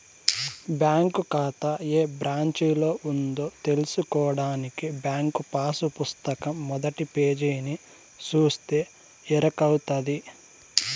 bank కాతా ఏ బ్రాంచిలో ఉందో తెల్సుకోడానికి బ్యాంకు పాసు పుస్తకం మొదటి పేజీని సూస్తే ఎరకవుతది